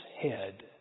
head